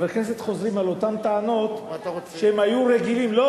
חברי הכנסת חוזרים על אותן טענות שהם היו רגילים להביא.